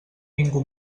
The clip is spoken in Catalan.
ningú